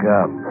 up